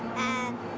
and.